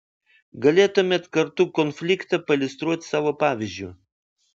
galėtumėt kartų konfliktą pailiustruot savo pavyzdžiu